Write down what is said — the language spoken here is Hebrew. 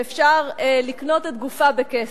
שאפשר לקנות את גופה בכסף.